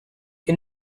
che